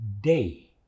day